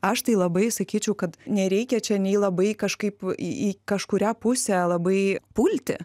aš tai labai sakyčiau kad nereikia čia nei labai kažkaip į į kažkurią pusę labai pulti